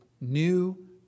new